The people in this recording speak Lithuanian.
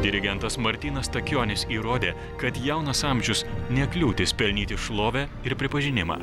dirigentas martynas stakionis įrodė kad jaunas amžius ne kliūtis pelnyti šlovę ir pripažinimą